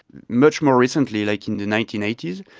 much more recently, like in the nineteen eighty s,